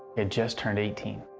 had just turned eighteen.